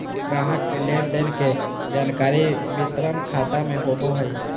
ग्राहक के लेन देन के जानकारी वितरण खाता में होबो हइ